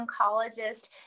oncologist